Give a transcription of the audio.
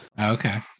Okay